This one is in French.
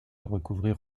recourir